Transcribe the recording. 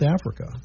Africa